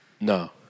No